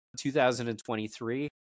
2023